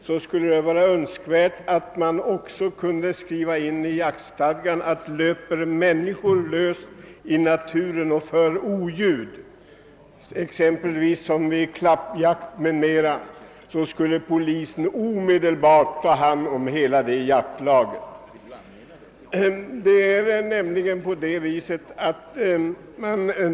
Jag skulle önska att det i jaktlagen också föreskrevs, att om människor löper lösa i naturen och för oljud, t.ex. vid klappjakt, så skulle polisen ha skyldighet att ta hand om hela det jaktlaget.